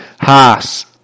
Haas